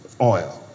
oil